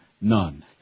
none